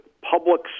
public